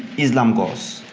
islam goes.